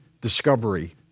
discovery